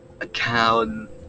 account